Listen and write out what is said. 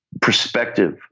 perspective